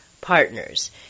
partners